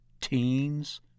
teens